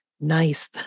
nice